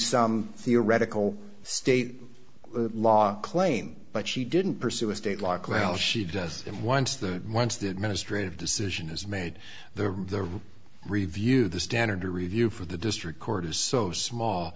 some theoretical state law claim but she didn't pursue a state law klal she does and once the once the administrative decision is made the the rule review the standard to review for the district court is so small